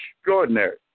extraordinary